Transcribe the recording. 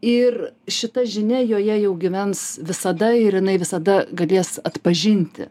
ir šita žinia joje jau gyvens visada ir jinai visada galės atpažinti